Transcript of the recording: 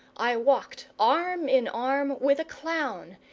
i walked arm-in-arm with a clown,